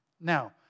Now